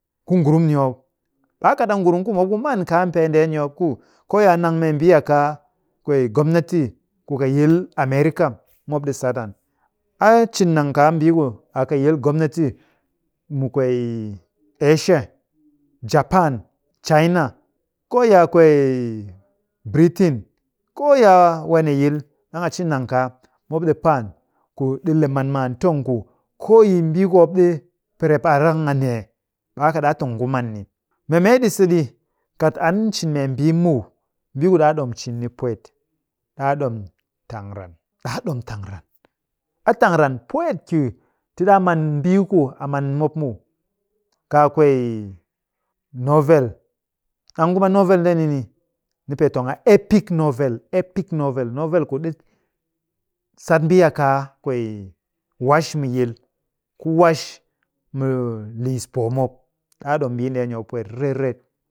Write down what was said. Ku ngurum ni mop. Ɓe a kat a ngurum ku mop ku man kaa pee ndeeni mop ku koo yi a nang membii a kaa kwee gomnati ku ka yil america, mop ɗi sat an. A ci nang kaa mbii ku a kɨ yil gomnati mu kwee asia, japan, china, koo yi a kwee britain, koo yi a wanne yil, ɗang a cin nang kaa, mop ɗi pɨ an ku ɗi le man maan tong ku koo yi mbii ku mop ɗi pɨrep a rang a nee, ɓe a kɨ ɗaa tong ku man ni. Mee mee ɗi se ɗi, kat an cin membii muw, mbii ku ɗaa ɗom cin ni pwet, ɗaa ɗom tang ran. Ɗaa ɗom tang ran. A tang ran pwet ki ti ɗaa man mbii ku a man mop muw. Kaa kwee novel. Ɗang kuma novel ni ni nipee tong a epic novel, epic novel, novel ku ɗi sat mbii a kaa kwee wash mu yil ku wash mu liis poo mop. Ɗaa ɗom mbii ndeeni mop pwet riret riret.